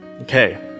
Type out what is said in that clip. Okay